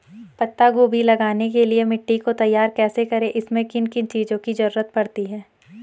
पत्ता गोभी लगाने के लिए मिट्टी को तैयार कैसे करें इसमें किन किन चीज़ों की जरूरत पड़ती है?